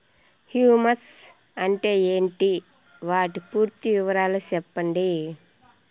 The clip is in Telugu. హ్యూమస్ అంటే ఏంటి? వాటి పూర్తి వివరాలు సెప్పండి?